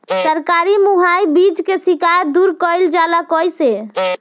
सरकारी मुहैया बीज के शिकायत दूर कईल जाला कईसे?